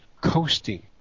coasting